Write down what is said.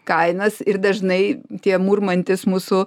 kainas ir dažnai tie murmantys mūsų